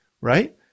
right